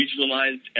regionalized